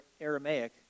Aramaic